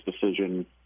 decision